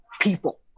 people